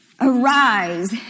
Arise